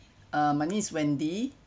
uh my name is wendy